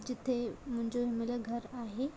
जिते मुंहिंजो हिनमहिल घरु आहे